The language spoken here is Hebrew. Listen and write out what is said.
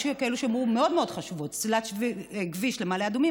יש שיאמרו מאוד מאוד חשובות: סלילת כביש למעלה אדומים,